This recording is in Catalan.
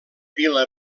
vila